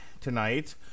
tonight